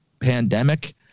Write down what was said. pandemic